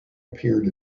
appeared